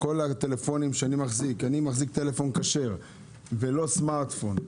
אני מחזיק טלפון כשר ולא סמרטפון,